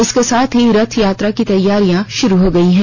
इसके साथ ही रथ यात्रा की तैयारियां शुरू हो गई है